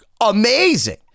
amazing